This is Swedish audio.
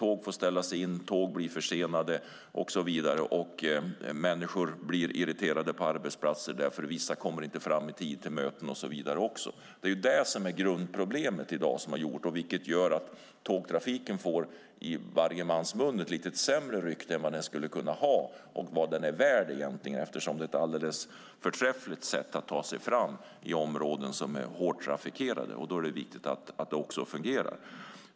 Tåg får ställas in, och tåg blir försenade. Människor blir irriterade på arbetsplatser därför att vissa inte kommer fram i tid till möten. Det är grundproblemet i dag. Tågtrafiken får i var mans mun ett sämre rykte än vad den är värd eftersom den är ett förträffligt sätt att ta sig fram i hårt trafikerade områden. Då är det viktigt att den fungerar.